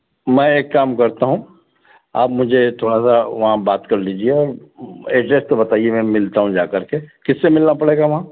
मैं एक काम करता हूँ आप मुझे थोड़ा सा वहाँ बात कर लीजिए एड्रैस तो बताइए मैं मिलता हूँ जा कर के किससे मिलना पड़ेगा वहाँ